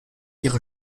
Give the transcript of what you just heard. ihre